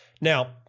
Now